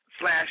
slash